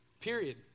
Period